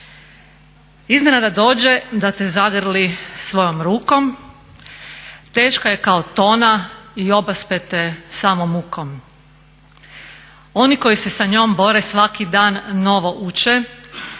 "Iznenada dođe da te zagrli svojom rukom, teška je kao tona i obaspe te samom mukom. Oni koji se sa njom bore svaki dan novo uče,